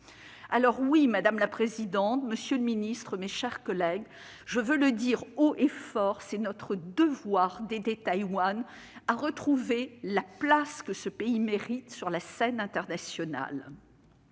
Alors, oui, madame la présidente, monsieur le secrétaire d'État, mes chers collègues, je veux le dire haut et fort : c'est notre devoir d'aider Taïwan à retrouver la place que ce pays mérite sur la scène internationale.